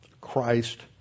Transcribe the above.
Christ